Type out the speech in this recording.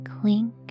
clink